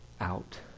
out